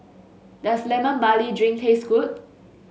does Lemon Barley Drink taste good